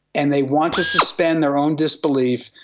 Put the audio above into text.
and they want to suspend their own disbelief,